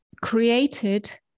created